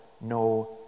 no